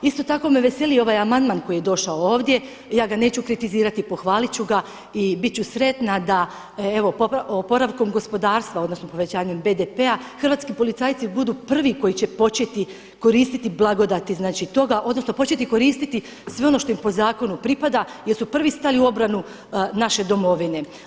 Isto tako me veseli ovaj amandman koji je došao ovdje, ja ga neću kritizirati, pohvalit ću ga i bit ću sretna evo da oporavkom gospodarstva odnosno povećanjem BDP-a hrvatski policajci budu prvi koji će početi koristiti blagodati znači toga, odnosno početi koristit sve ono što im po zakonu pripada jer su prvi stali u obranu naše domovine.